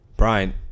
Brian